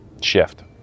Shift